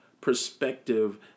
perspective